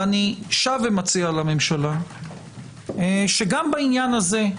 ואני שב ומציע לממשלה, שגם בעניין הזה,